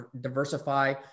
diversify